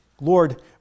Lord